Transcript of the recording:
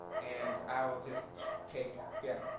and i will just take, yeah,